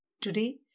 Today